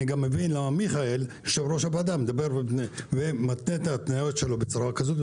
גם מבין למה יושב-ראש הוועדה מיכאל מתנה את ההתניות שלו בצורה כזאת.